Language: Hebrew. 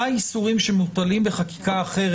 מה האיסורים שמוטלים בחקיקה האחרת?